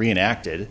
enacted